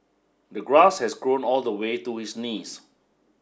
the grass has grown all the way to his knees